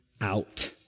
out